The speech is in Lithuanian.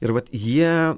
ir vat jie